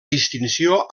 distinció